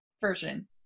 version